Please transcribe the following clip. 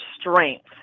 strength